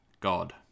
God